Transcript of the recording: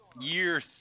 year